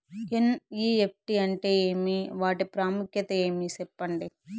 NEFT అంటే ఏమి వాటి ప్రాముఖ్యత ఏమి? సెప్పండి?